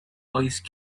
ice